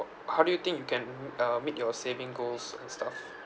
how do you think you can uh meet your saving goals and stuff